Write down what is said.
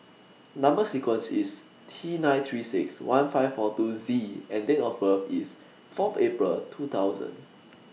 Number sequence IS T nine three six one five four two Z and Date of birth IS Fourth April two thousand